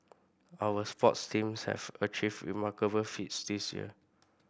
our sports teams have achieved remarkable feats this year